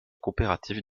coopératives